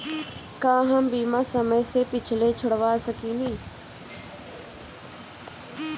का हम बीमा समय से पहले छोड़वा सकेनी?